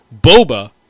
Boba